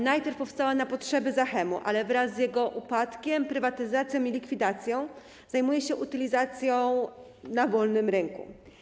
Najpierw powstała na potrzeby Zachemu, ale po jego upadku, prywatyzacji i likwidacji zajmuje się utylizacją na wolnym rynku.